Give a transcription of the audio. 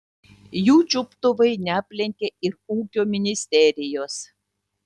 jų čiuptuvai neaplenkė ir ūkio ministerijos